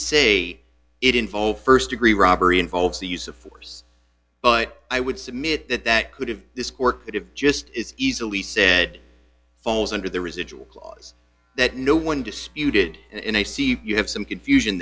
say it involved st degree robbery involves the use of force but i would submit that that could have this court could have just as easily said falls under the residual clause that no one disputed and i see you have some confusion